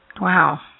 Wow